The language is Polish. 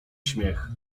śmiech